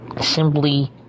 simply